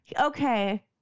Okay